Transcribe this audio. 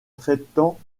traitant